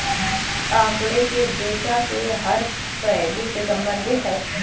आंकड़े डेटा के हर पहलू से संबंधित है